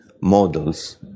models